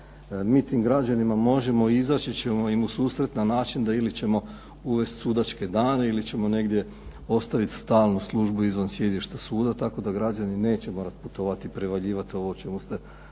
Mi tim građanima možemo izaći i izaći ćemo im u susret na načina da ili ćemo uvesti sudačke dane ili ćemo negdje ostaviti stalnu službu izvan sjedišta suda, tako da građani neće morati putovati prevaljivati ovo o čemu ste govorili